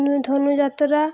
Dhanuyatra